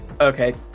okay